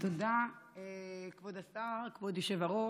תודה, כבוד השר, כבוד היושב-ראש.